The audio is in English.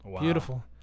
beautiful